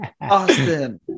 Austin